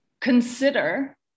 consider